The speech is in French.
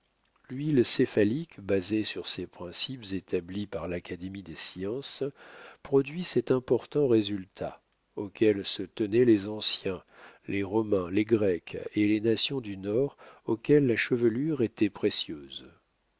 l'huile céphalique basée sur ces principes établis par l'académie des sciences produit cet important résultat auquel se tenaient les anciens les romains les grecs et les nations du nord auxquelles la chevelure était précieuse